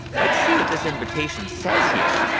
let's see what this invitation says here.